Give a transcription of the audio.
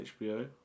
HBO